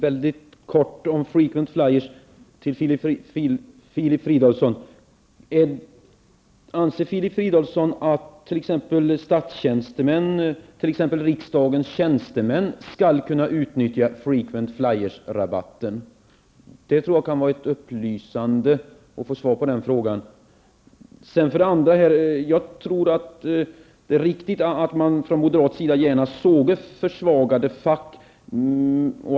Herr talman! Väldigt kort en fråga till Filip Fridolfsson att statstjänstemän, t.ex. riksdagens tjänstemän, skall kunna utnyttja dessa rabatter? Det kan vara upplysande att få svar på den frågan. Det är riktigt att man från moderat sida genast såg till att försvaga facket.